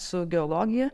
su geologija